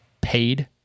paid